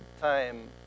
time